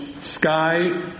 Sky